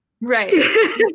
right